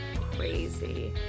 crazy